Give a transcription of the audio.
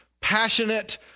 passionate